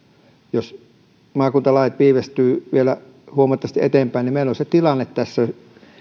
jos maakuntalait viivästyvät vielä huomattavasti eteenpäin meillä on se tilanne tässä